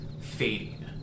fading